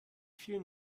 vielen